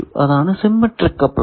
അതാണ് symmetric coupler